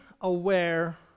aware